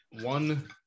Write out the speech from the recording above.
one